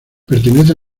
pertenece